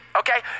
okay